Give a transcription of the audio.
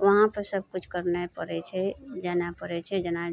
उहाँपर सबकिछु करनाइ पड़ै छै जेनाइ पड़ै छै जेना